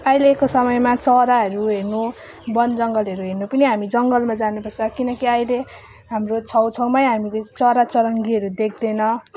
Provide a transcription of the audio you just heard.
अहिलेको समयमा चराहरू हेर्नु वन जङ्गलहरू हेर्नु पनि हामी जङ्गलमा जानुपर्छ किनकि अहिले हाम्रो छेउछाउमै हामी चरा चरङ्गीहरू देख्दैन